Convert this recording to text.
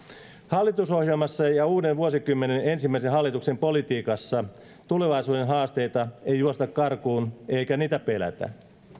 hallitusohjelmassa ja ja uuden vuosikymmenen ensimmäisen hallituksen politiikassa tulevaisuuden haasteita ei juosta karkuun eikä niitä pelätä